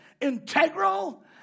integral